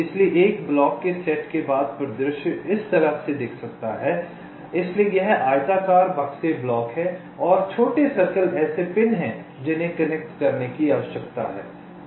इसलिए एक ब्लॉक के सेट के बाद परिदृश्य इस तरह दिख सकता है इसलिए यह आयताकार बक्से ब्लॉक हैं और छोटे सर्कल ऐसे पिन हैं जिन्हें कनेक्ट करने की आवश्यकता है